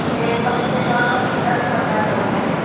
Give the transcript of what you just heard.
ये कम से कम दस पंद्रह लोग हैं